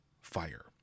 Fire